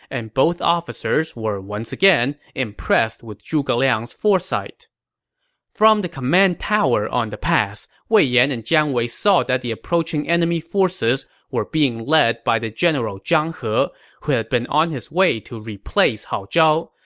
and both officers were once again impressed with zhuge liang's foresight from the command tower on the pass, wei yan and jiang wei saw that the approaching enemy forces were led by the general zhang he, who had been on his way to replace hao zhao.